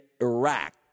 Iraq